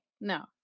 No